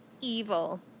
evil